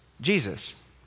Jesus